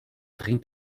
dringend